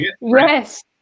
Yes